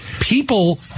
People